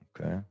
Okay